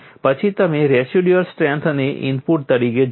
પછી તમે રેસિડ્યુઅલ સ્ટ્રેન્થને ઇનપુટ તરીકે જોયું